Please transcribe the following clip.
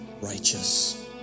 righteous